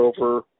over